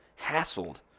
hassled